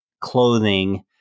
clothing